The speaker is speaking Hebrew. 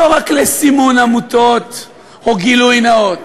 לא רק לסימון עמותות או גילוי נאות,